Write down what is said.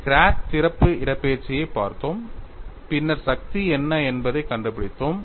crack திறப்பு இடப்பெயர்ச்சியைப் பார்த்தோம் பின்னர் சக்தி என்ன என்பதைக் கண்டுபிடித்தோம்